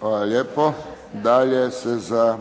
Hvala lijepo. Dalje se za